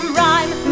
rhyme